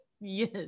Yes